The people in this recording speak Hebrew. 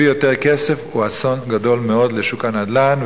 יותר כסף הוא אסון גדול מאוד לשוק הנדל"ן,